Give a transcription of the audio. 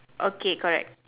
okay correct